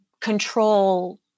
control